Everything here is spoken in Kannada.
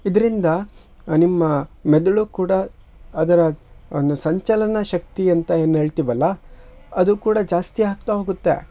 ಇದರಿಂದ ನಿಮ್ಮ ಮೆದುಳು ಕೂಡ ಅದರ ಒಂದು ಸಂಚಲನ ಶಕ್ತಿಯಂತ ಏನು ಹೇಳ್ತಿವಲ್ಲ ಅದು ಕೂಡ ಜಾಸ್ತಿ ಆಗ್ತಾ ಹೋಗುತ್ತೆ